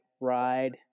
ride